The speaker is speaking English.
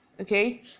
okay